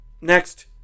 Next